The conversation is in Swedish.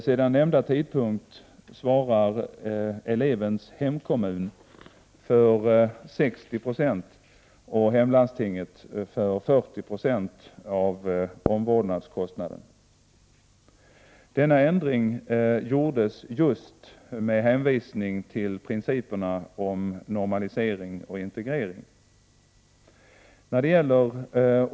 Sedan nämnda tidpunkt svarar elevens hemkommun för 60 96 och hemlandstinget för 40 20 av omvårdnadskostnaden. Denna ändring gjordes just med hänvisning till principerna om normalisering och integrering.